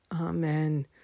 Amen